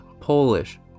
Polish